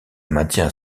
maintient